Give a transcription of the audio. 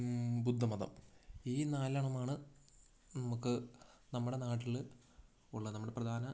ബുദ്ധമതം ഈ നാലെണ്ണമാണ് നമുക്ക് നമ്മുടെ നാട്ടില് ഉള്ളത് നമ്മുടെ പ്രധാന